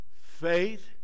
faith